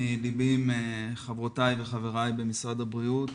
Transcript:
ליבי עם חברותיי וחבריי במשרד הבריאות.